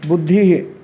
बुद्धिः